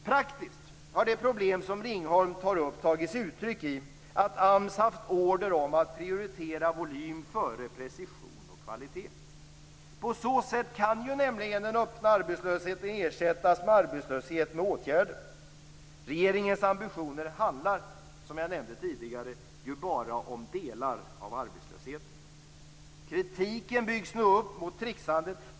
Praktiskt har det problem som Ringholm tar upp tagit sig uttryck i att AMS haft order om att prioritera volym före precision och kvalitet. På så sätt kan nämligen den öppna arbetslösheten ersättas med arbetslöshet med åtgärder. Regeringens ambitioner handlar, som jag nämnde tidigare, ju bara om delar av arbetslösheten. Kritiken byggs nu upp mot trixandet.